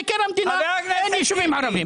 לכן אין ישובים ערביים.